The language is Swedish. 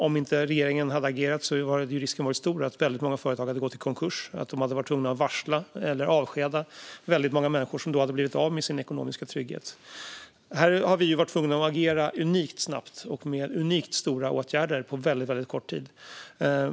Om inte regeringen hade agerat hade risken varit stor att väldigt många företag hade gått i konkurs och varit tvungna att varsla eller avskeda många människor som då hade blivit av med sin ekonomiska trygghet. Vi har varit tvungna att agera unikt snabbt och med unikt stora åtgärder på väldigt kort tid.